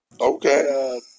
Okay